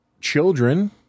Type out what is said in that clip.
children